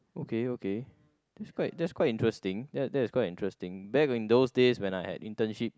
okay okay that's quite that's quite interesting that that is quite interesting back in those days when I had internship